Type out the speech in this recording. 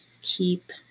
Keep